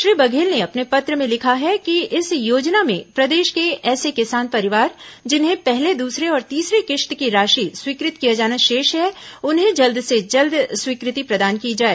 श्री बघेल ने अपने पत्र में लिखा है कि इस योजना में प्रदेश के ऐसे किसान परिवार जिन्हें पहले दूसरे और तीसरे किश्त की राशि स्वीकृत किया जाना शेष है उन्हें जल्द से जल्द स्वीकृति प्रदान की जाए